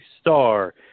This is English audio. star